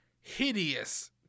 hideous